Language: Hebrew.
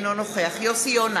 אינו נוכח יוסי יונה,